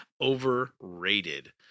overrated